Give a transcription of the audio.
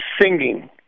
singing